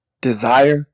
desire